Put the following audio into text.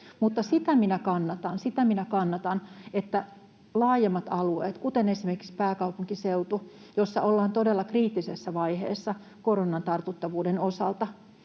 pohtia, että laajemmilla alueilla, kuten esimerkiksi pääkaupunkiseudulla, jossa ollaan todella kriittisessä vaiheessa koronan tartuttavuuden osalta